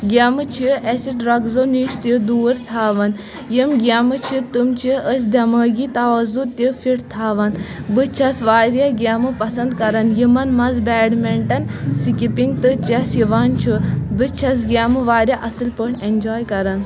گیمہٕ چھِ اسہِ ڈرگزَو نِش تہِ دوٗر تھاوان یِم گیمہٕ چھِ تٕم چھِ أسۍ دیمٲغی طوازُن تہِ فِٹ تھاوان بہٕ چھَس واریاہ گیمہٕ پسنٛد کران یِمَن منٛز بیڈ مِنٹَن سکِپنگ تہٕ چیس یِوان چھُ بہٕ چھَس گیمہٕ واریاہ اصٕل پٲٹھۍ اینجاے کران